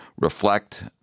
reflect